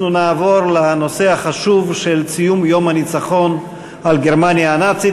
אנחנו נעבור לנושא החשוב של ציון יום הניצחון על גרמניה הנאצית.